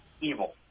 evil